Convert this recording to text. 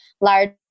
large